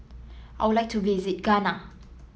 I would like to visit Ghana